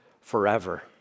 forever